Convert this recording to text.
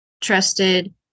trusted